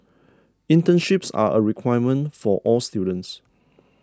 internships are a requirement for all students